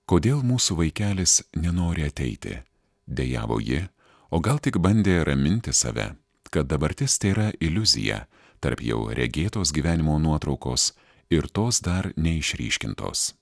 kodėl mūsų vaikelis nenori ateiti dejavo ji o gal tik bandė raminti save kad dabartis tėra iliuzija tarp jau regėtos gyvenimo nuotraukos ir tos dar neišryškintos